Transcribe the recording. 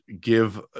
give